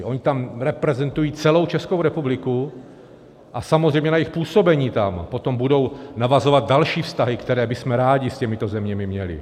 Oni tam reprezentují celou Českou republiku a samozřejmě na jejich působení tam potom budou navazovat další vztahy, které bychom rádi s těmito zeměmi měli.